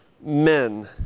men